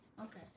okay